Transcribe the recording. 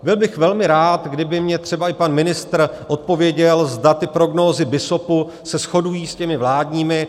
Byl bych velmi rád, kdyby mně třeba i pan ministr odpověděl, zda ty prognózy BISOPu se shodují s těmi vládními.